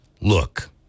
look